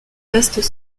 restent